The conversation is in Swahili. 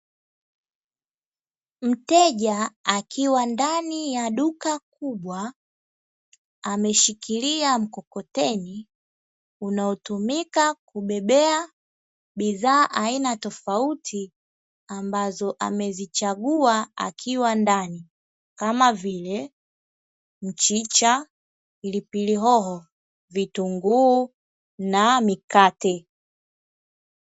Mteja akiwa ndani ya duka kubwa ameshikilia mkokoteni unaotumika kubebea bidhaa aina tofauti ambazo amezichagua akiwa ndani kama vile mchicha, pilipili hoho, vitunguu na mikate.